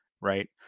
Right